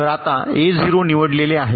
तर आता A0 निवडलेले आहे